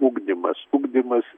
ugdymas ugdymas